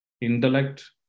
intellect